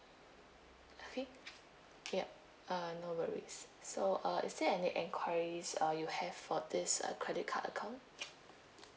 okay ya uh no worries so uh is there any enquiries uh you have for this uh credit card account